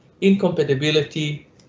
incompatibility